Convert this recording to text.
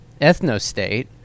ethnostate